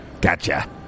Gotcha